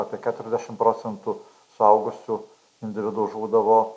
apie keturiasdešim procentų suaugusių individų žūdavo